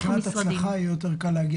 אין ספק שמבחינת הצלחה יהיה יותר קל להגיע